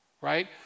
Right